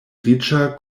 riĉa